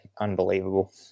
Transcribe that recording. Unbelievable